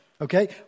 okay